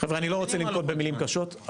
--- אני לא רוצה לנקוט במילים מאוד קשות,